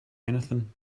anything